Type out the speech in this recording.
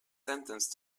sentenced